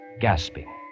gasping